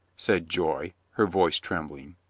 said joy, her voice trembling.